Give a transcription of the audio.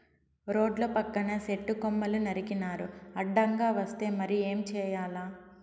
రోడ్ల పక్కన సెట్టు కొమ్మలు నరికినారు అడ్డంగా వస్తే మరి ఏం చేయాల